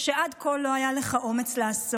שעד כה לא היה לך אומץ לעשות.